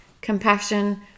compassion